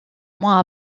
mois